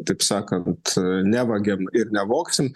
taip sakant nevagiam ir nevogsim